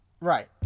Right